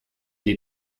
die